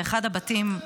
ואחד הבתים,